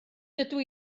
dydw